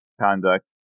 conduct